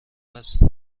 است